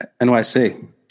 NYC